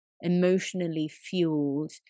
emotionally-fueled